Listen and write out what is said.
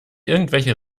irgendwelche